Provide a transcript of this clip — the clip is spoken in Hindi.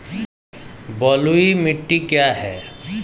बलुई मिट्टी क्या है?